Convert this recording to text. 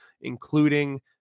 including